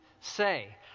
say